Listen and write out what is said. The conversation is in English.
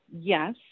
yes